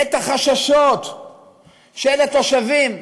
את החששות של התושבים,